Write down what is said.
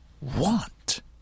want